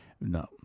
No